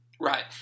Right